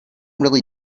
really